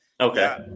Okay